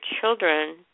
children